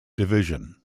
division